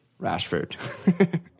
Rashford